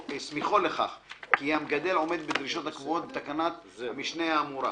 לכך כי המגדל עומד בדרישות הקבועות בתקנת המשנה האמורה.